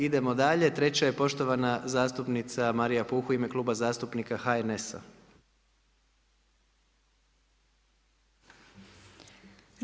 Idemo dalje, treća je poštovana zastupnika Marija Puh u ime Kluba zastupnika HNS-a.